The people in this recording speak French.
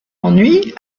m’ennuie